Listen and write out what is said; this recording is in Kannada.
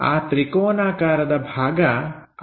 ಆ ತ್ರಿಕೋನಾಕಾರದ ಭಾಗ ಅದು ಆಗಿದೆ